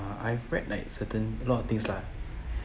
uh I've read like certain lot of things lah